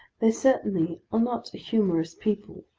they certainly are not a humorous people,